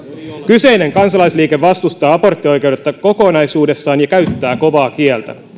kyseinen kansalaisliike vastustaa aborttioikeutta kokonaisuudessaan ja käyttää kovaa kieltä